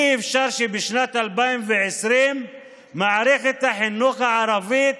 אי-אפשר שבשנת 2020 מערכת החינוך הערבית